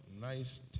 nice